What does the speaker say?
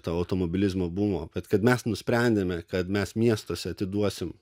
ta automobilizmo bumo bet kad mes nusprendėme kad mes miestuose atiduosim